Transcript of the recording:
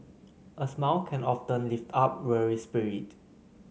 a smile can often lift up weary spirit